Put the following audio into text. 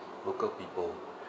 local people